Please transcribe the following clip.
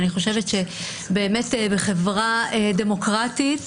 אני חושבת שבחברה דמוקרטית